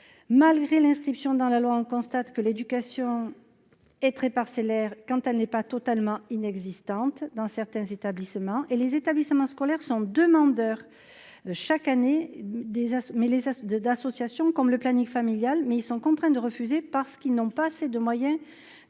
malgré l'inscription dans la loi, on constate que l'éducation est très parcellaires, quand elle n'est pas totalement inexistante dans certains établissements et les établissements scolaires sont demandeurs, chaque année, des mais les de d'association comme le planning familial, mais ils sont contraints de refuser parce qu'ils n'ont pas assez de moyens